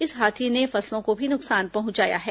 इस हाथी ने फसलों को भी नुकसान पहुंचाया है